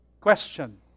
question